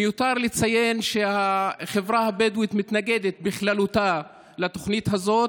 מיותר לציין שהחברה הבדואית מתנגדת בכללותה לתוכנית הזאת,